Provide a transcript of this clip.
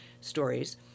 stories